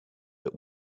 that